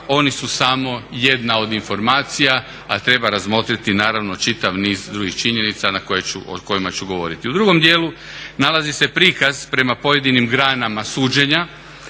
oni su samo jedna od informacija a treba razmotriti naravno čitav niz drugih činjenica o kojima ću govoriti. U drugom dijelu nalazi se prikaz prema pojedinim granama suđenja